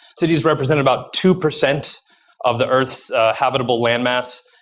cities represent about two percent of the earth's habitable landmass,